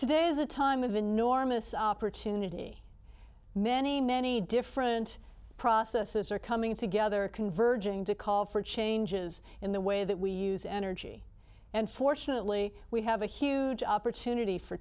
today is a time of enormous opportunity many many different processes are coming together converging to call for changes in the way that we use energy and fortunately we have a huge opportunity for